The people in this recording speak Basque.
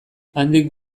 handik